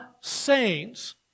saints